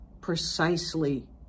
precisely